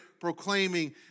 proclaiming